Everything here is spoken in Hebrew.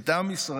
את עם ישראל,